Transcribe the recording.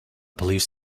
police